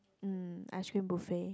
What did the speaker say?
um ice cream buffet